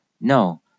No